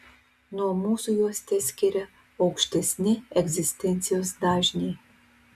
nuo mūsų juos teskiria aukštesni egzistencijos dažniai